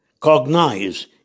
cognize